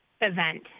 event